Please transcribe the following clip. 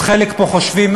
אז חלק פה חושבים,